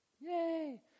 Yay